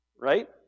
right